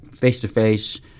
face-to-face